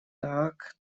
так